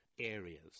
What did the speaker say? Areas